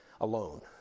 alone